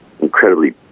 incredibly